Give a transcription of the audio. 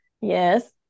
yes